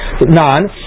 Non